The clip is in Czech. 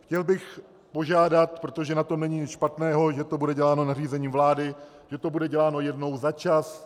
Chtěl bych požádat, protože na tom není nic špatného, že to bude děláno nařízením vlády, že to bude děláno jednou za čas.